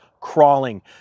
crawling